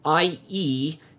ie